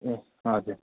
ए हजुर